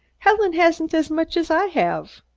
helen hasn't as much as i have.